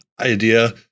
idea